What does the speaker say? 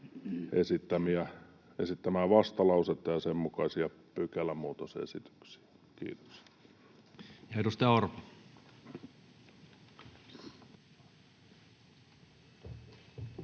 esittämää vastalausetta ja sen mukaisia pykälämuutosesityksiä. — Kiitos. [Speech 82]